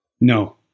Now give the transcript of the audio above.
No